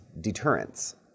deterrence